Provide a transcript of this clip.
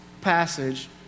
passage